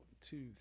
two